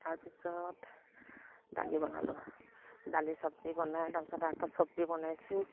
তাৰ পিছত দালি বনালোঁ দালি চব্জি বনাই তাৰ পাছতে আকৌ চব্জি বনাইছোঁ